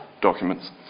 documents